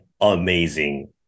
amazing